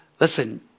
Listen